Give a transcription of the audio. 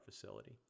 facility